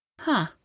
Huh